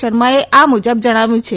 શર્મા એ આ મુજબ જણાવ્યું છે